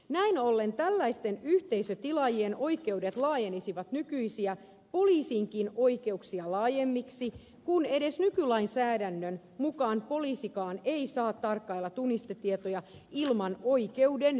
näin ollen tällaisten yhteisötilaajien oikeudet laajenisivat nykyisiä poliisinkin oikeuksia laajemmiksi kun edes nykylainsäädännön mukaan poliisikaan ei saa tarkkailla tunnistetietoja ilman oikeuden myöntämää lupaa